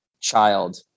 child